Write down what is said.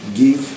give